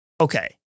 okay